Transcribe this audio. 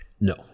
No